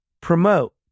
promote